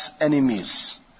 enemies